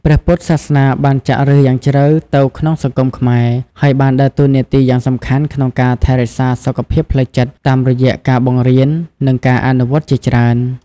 ព្រះពុទ្ធសាសនាបានចាក់ឫសយ៉ាងជ្រៅទៅក្នុងសង្គមខ្មែរ ហើយបានដើរតួនាទីយ៉ាងសំខាន់ក្នុងការថែរក្សាសុខភាពផ្លូវចិត្តតាមរយៈការបង្រៀន និងការអនុវត្តន៍ជាច្រើន។